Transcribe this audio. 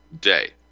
day